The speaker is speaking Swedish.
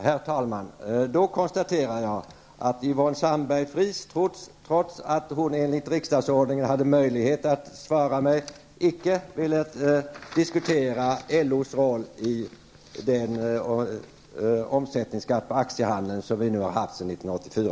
Herr talman! Jag konstaterar då att Yvonne Sandberg-Fries trots att hon enligt riksdagsordningen hade möjlighet att svara mig icke ville diskutera LOs roll när det gäller den omsättningsskatt på aktier som vi har haft sedan år